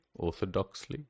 orthodoxly